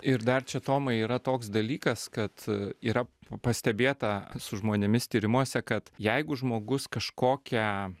ir dar čia tomai yra toks dalykas kad a yra pastebėta su žmonėmis tyrimuose kad jeigu žmogus kažkokią